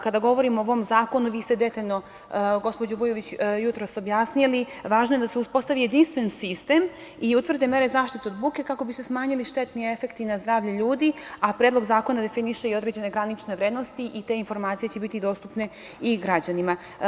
Kada govorimo o ovom zakonu vi ste detaljno, gospođo Vujović, jutros objasnili, važno je da se uspostavi jedinstven sistem i utvrde mere zaštite od buke, kako bi se smanjili štetni efekti na zdravlje ljudi, a Predlog zakona definiše i određene granične vrednosti i te informacije će biti dostupne i građanima.